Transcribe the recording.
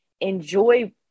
enjoy